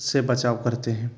से बचाव करते हैं